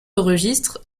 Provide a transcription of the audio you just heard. registre